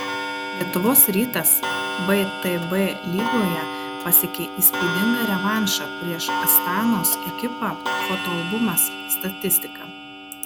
lietuvos rytas vtb lygoje pasiekė įspūdingą revanšą prieš astanos ekipą fotoalbumas statistika